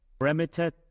parameter